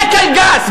זה קלגס.